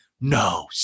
no